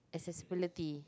accessibility